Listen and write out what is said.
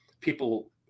people